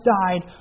died